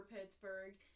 Pittsburgh